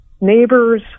Neighbors